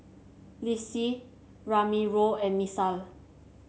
Lissie Ramiro and Misael